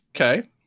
Okay